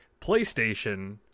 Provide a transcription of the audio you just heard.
PlayStation